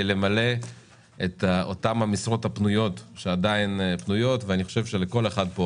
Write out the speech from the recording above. למלא את אותן המשרות הפנויות שעדיין פנויות ואני חושב שלכל אחד פה